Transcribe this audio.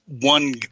one